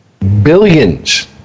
billions